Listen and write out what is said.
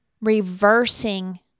reversing